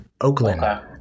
Oakland